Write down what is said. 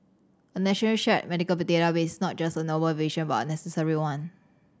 a national shared medical the database is not just a noble vision but a necessary one